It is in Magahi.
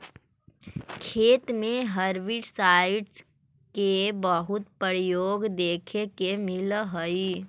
खेत में हर्बिसाइडस के बहुत प्रयोग देखे के मिलऽ हई